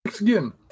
again